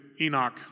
Enoch